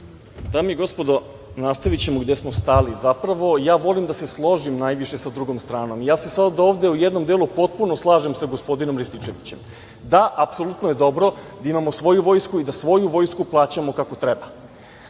Dame i gospodo, nastavićemo tamo gde smo stali. Zapravo, ja volim da se složim najviše sa drugom stranom. Ja se ovde u jednom delu potpuno slažem sa gospodinom Rističevićem, da apsolutno je dobro da imamo svoju vojsku i da svoju vojsku plaćamo kako treba,